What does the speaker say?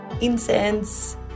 Incense